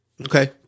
Okay